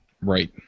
Right